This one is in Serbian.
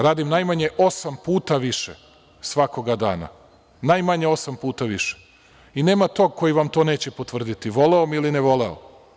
Radim najmanje osam puta više svakoga dana, najmanje osam puta više i nema tog koji vam to neće potvrditi, voleo me ili ne voleo.